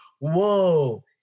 whoa